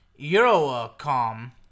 Eurocom